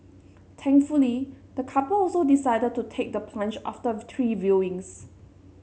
thankfully the couple also decided to take the plunge after three viewings